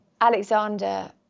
Alexander